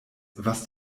was